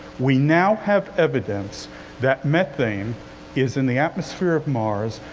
we now have evidence that methane is in the atmosphere of mars,